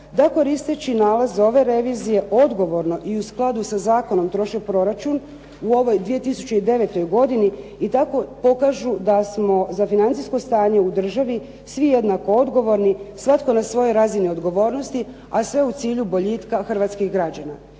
da koristeći nalaz ove revizije odgovorno i u skladu sa zakonom troše proračun u ovoj 2009. godini i tako pokažu da smo za financijsko stanje u državi svi jednako odgovorni, svatko na svojoj razini odgovornosti, a sve u cilju boljitka hrvatskih građana.